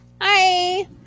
Hi